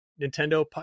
Nintendo